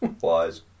wise